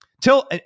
Till